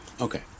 Okay